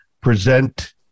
present